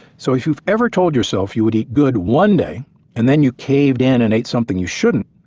so if you've ever told yourself you would eat good one day and then you caved in and ate something you shouldn't,